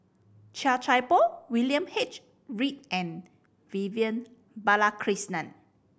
Chia Thye Poh William H Read and Vivian Balakrishnan